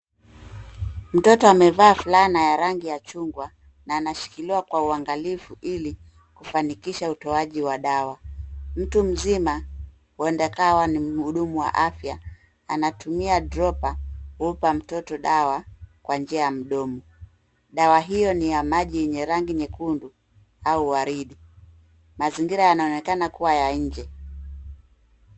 Mtoto amevaa fulana ya rangi ya chungwa na anashikiliwa kwa uangalifu ili kufanikisha utoaji wa dawa. Mtu mzima, huenda akawa ni mhudumu wa afya anatumia dropper kumpa mtoto dawa kwa njia ya mdomo. Dawa hiyo ni ya maji yenye rangi nyekundu au waridi. Mazingira yanaonekana kuwa ya nje.